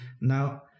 now